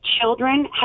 children